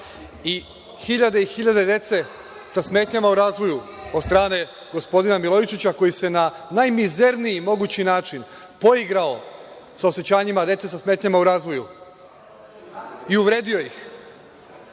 i hiljade i hiljade dece sa smetnjama u razvoju od strane gospodina Milojičića, koji se na najmizerniji mogući način poigrao sa osećanjima dece sa smetnjama u razvoju i uvredio ih.